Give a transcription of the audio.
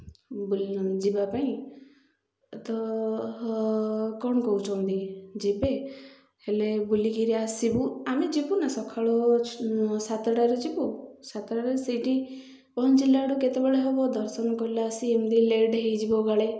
ବୁଲି ଯିବା ପାଇଁ ତ କ'ଣ କହୁଛନ୍ତି ଯିବେ ହେଲେ ବୁଲିକିରି ଆସିବୁ ଆମେ ଯିବୁ ନା ସକାଳ ସାତଟାରେ ଯିବୁ ସାତଟାରେ ସେଇଠି ପହଞ୍ଚିଲା ବେଳକୁ କେତେବେଳେ ହେବ ଦର୍ଶନ କଲେ ଆସି ଏମିତି ଲେଟ୍ ହେଇଯିବ କାଳେ